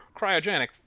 cryogenic